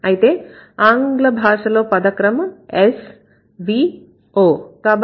అయితే ఆంగ్లభాషలో పదక్రమం S V O